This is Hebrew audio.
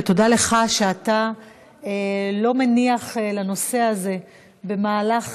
ותודה לך שאתה לא מניח לנושא הזה במהלך